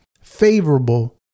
favorable